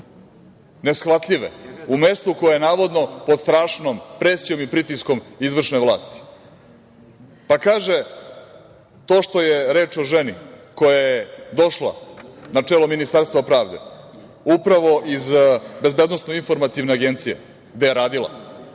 neshvatljive, u mestu koje je navodno pod strašnom presijom i pritiskom izvršne vlasti? Kaže, to što je reč o ženi koja je došla na čelo Ministarstva pravde, upravo iz BIA gde je radila,